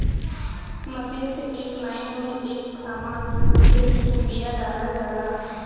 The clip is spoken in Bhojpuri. मशीन से एक लाइन में एक समान रूप से बिया डालल जाला